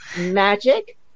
Magic